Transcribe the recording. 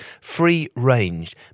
free-range